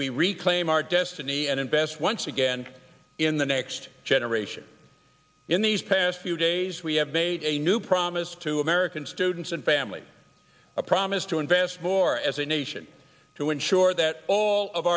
we reclaim our destiny and invest once again in the next generation in these past few days we have made a new promise to american students and family a promise to invest more as a nation to ensure that all of